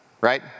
right